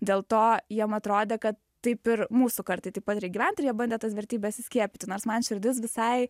dėl to jiem atrodė kad taip ir mūsų kartai taip pat reik gyvent ir jie bandė tas vertybes įskiepyti nors man širdis visai